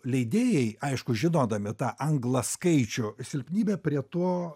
leidėjai aišku žinodami tą anglaskaičių silpnybę prie to